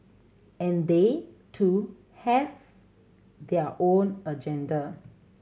and they too have their own agenda